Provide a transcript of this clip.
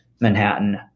Manhattan